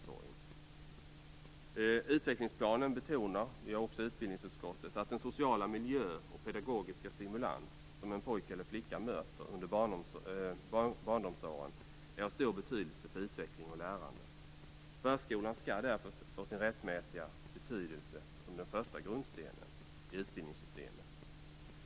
I utvecklingsplanen liksom i utbildningsutskottets betänkande betonas att den sociala miljö och pedagogiska stimulans som en pojke eller flicka möter under barndomsåren är av stor betydelse för utveckling och lärande. Förskolan skall därför få sin rättmätiga betydelse som den första grundstenen i utbildningssystemet.